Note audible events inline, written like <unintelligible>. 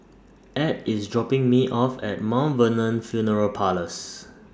Add IS dropping Me off At <unintelligible> Vernon Funeral Parlours